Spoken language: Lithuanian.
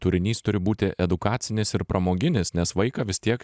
turinys turi būti edukacinis ir pramoginis nes vaiką vis tiek